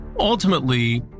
Ultimately